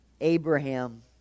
Abraham